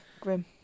grim